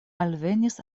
alvenis